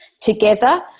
together